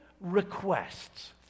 requests